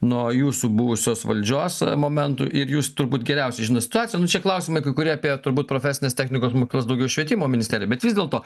nuo jūsų buvusios valdžios momentų ir jūs turbūt geriausiai žinot situaciją nu čia klausimai kai kurie apie turbūt profesinės technikos mokyklas daugiau švietimo ministerijai bet vis dėlto